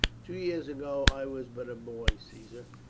two years ago i was but a boy, caesar,